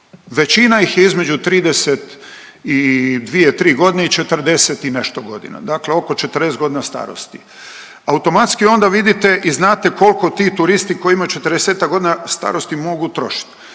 Većina ih je između 30 i 2-3.g. i 40 i nešto godina, dakle oko 40.g. starosti. Automatski onda vidite i znate koliko ti turisti koji imaju 40-tak godina starosti mogu trošit.